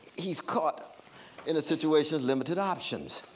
he's caught in a situation limited options.